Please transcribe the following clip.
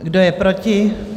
Kdo je proti?